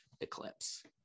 eclipse